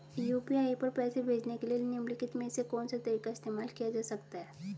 UPI पर पैसे भेजने के लिए निम्नलिखित में से कौन सा तरीका इस्तेमाल किया जा सकता है?